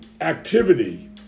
activity